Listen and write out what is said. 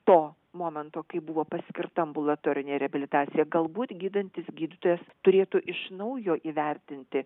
to momento kai buvo paskirta ambulatorinė reabilitacija galbūt gydantis gydytojas turėtų iš naujo įvertinti